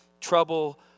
trouble